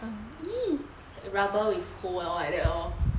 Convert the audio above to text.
it's like rubber with hole lor like that lor